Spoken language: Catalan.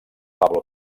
pablo